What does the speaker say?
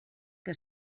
que